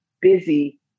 busy